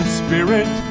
spirit